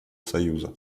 союза